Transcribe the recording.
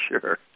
sure